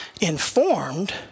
informed